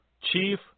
Chief